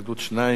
על-תנאי ממאסר (הוראת שעה) (תיקון מס' 2),